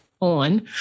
On